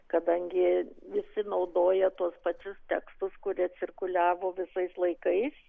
kadangi visi naudoja tuos pačius tekstus kurie cirkuliavo visais laikais